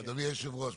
אדוני היושב-ראש,